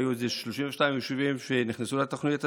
והיו 32 יישובים שנכנסו לתוכנית הזאת.